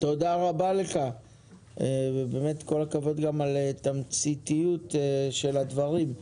תודה רבה לך וכל הכבוד על התמציתיות של הדברים.